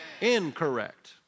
Incorrect